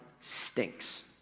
stinks